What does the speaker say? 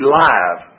live